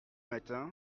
matin